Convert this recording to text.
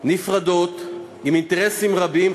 נפרדות עם אינטרסים רבים,